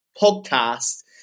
podcast